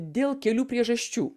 dėl kelių priežasčių